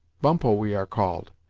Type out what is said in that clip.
bumppo we are called,